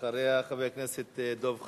אחריה, חבר הכנסת דב חנין.